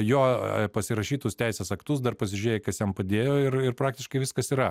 jo pasirašytus teisės aktus dar pasižiūrėjai kas jam padėjo ir ir praktiškai viskas yra